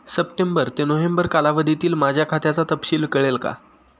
September ते November या कालावधीतील माझ्या खात्याचा तपशील कळेल का?